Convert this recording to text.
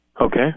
Okay